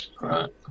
Right